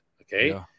Okay